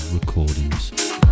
recordings